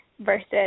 versus